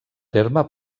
terme